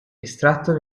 estratto